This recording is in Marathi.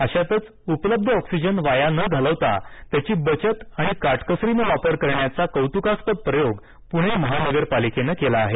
अशातच उपलब्ध ऑक्सिजन वाया न घालवता त्याची बचत आणि काटकसरीने वापर करण्याचा कौतुकास्पद प्रयोग पुणे महानगरपालिकेनं केला आहे